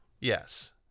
Yes